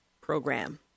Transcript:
program